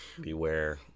Beware